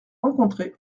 rencontrez